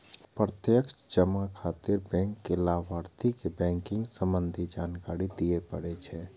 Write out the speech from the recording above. प्रत्यक्ष जमा खातिर बैंक कें लाभार्थी के बैंकिंग संबंधी जानकारी दियै पड़ै छै